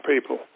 people